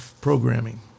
programming